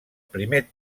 primer